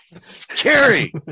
scary